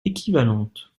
équivalente